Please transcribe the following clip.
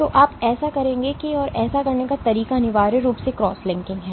तो आप ऐसा कैसे करेंगे और ऐसा करने का तरीका अनिवार्य रूप से क्रॉस लिंकिंग है